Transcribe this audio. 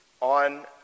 on